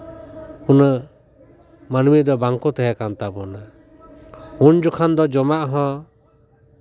ᱩᱱᱟᱹᱜ ᱢᱟᱹᱱᱢᱤ ᱫᱚ ᱵᱟᱝ ᱠᱚ ᱛᱟᱦᱮᱸ ᱠᱟᱱ ᱛᱟᱵᱚᱱᱟ ᱩᱱ ᱡᱚᱠᱷᱚᱱ ᱫᱚ ᱡᱚᱢᱟᱜ ᱦᱚᱸ